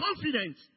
Confidence